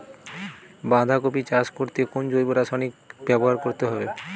বাঁধাকপি চাষ করতে কোন জৈব রাসায়নিক ব্যবহার করতে হবে?